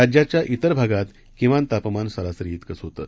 राज्याच्या तिर भागात किमान तापमान सरासरी तिकंच होतं